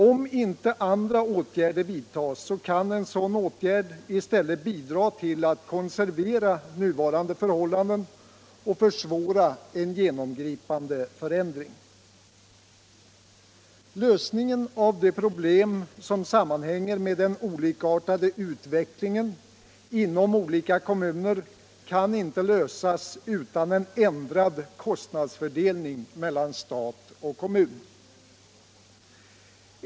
Om inte andra åtgärder vidtas kan en sådan åtgärd i stället bidra till att konservera nuvarande förhållanden och försvåra en genomgripande förändring. De problem som sammanhänger med den olikartade utvecklingen inom olika kommuner kan inte lösas utan en ändrad kostnadsfördelning meilan stat och kommun.